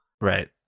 Right